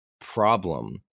problem